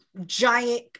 giant